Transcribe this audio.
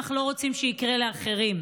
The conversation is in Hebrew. אנחנו לא רוצים שיקרה לאחרים.